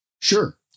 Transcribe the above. Sure